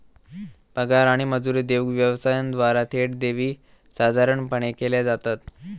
पगार आणि मजुरी देऊक व्यवसायांद्वारा थेट ठेवी सर्वसाधारणपणे केल्या जातत